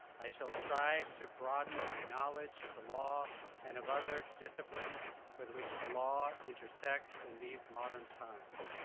i shall strive to broaden my knowledge of the law and of other disciplines with which the law intersects in these modern times.